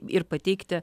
ir pateikti